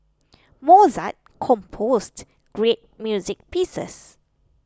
Mozart composed great music pieces